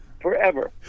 forever